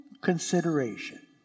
consideration